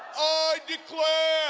i declare